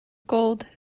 gold